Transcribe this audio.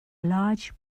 large